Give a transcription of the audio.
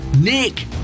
Nick